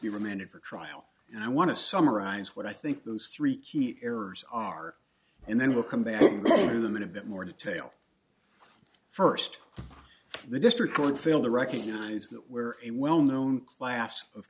be remanded for trial and i want to summarize what i think those three key errors are and then we'll come back to them in a bit more detail first the district court failed to recognize that where a well known class of